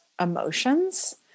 emotions